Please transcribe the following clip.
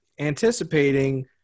anticipating